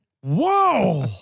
Whoa